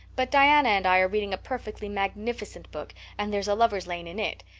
but diana and i are reading a perfectly magnificent book and there's a lover's lane in it.